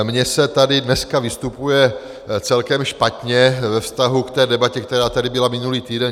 Mně se tady dneska vystupuje celkem špatně ve vztahu k té debatě, která tady byla minulý týden.